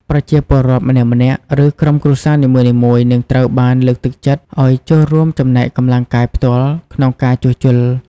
ប្រជាពលរដ្ឋម្នាក់ៗ ឬក្រុមគ្រួសារនីមួយៗនឹងត្រូវបានលើកទឹកចិត្តឲ្យចូលរួមចំណែកកម្លាំងកាយផ្ទាល់ក្នុងការជួសជុល។